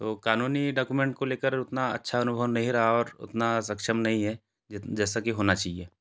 तो कानूनी डॉकुमेंट को लेकर उतना अच्छा अनुभव नहीं रहा और उतना सक्षम नहीं है जित जैसा कि होना चाहिए